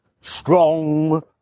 Strong